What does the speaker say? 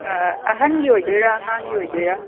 ꯑꯍꯟꯒꯤ ꯑꯣꯏꯗꯣꯏꯔ ꯑꯉꯥꯡꯒꯤ ꯑꯣꯏꯗꯣꯏꯔ